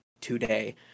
today